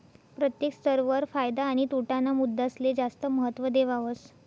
प्रत्येक स्तर वर फायदा आणि तोटा ना मुद्दासले जास्त महत्व देवावस